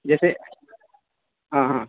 جیسے ہاں ہاں